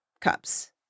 cups